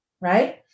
right